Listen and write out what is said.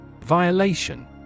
Violation